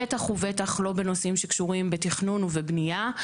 בטח ובטח לא בנושאים שקשורים בתכנון ובבנייה.